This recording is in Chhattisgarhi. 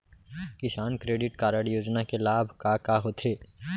किसान क्रेडिट कारड योजना के लाभ का का होथे?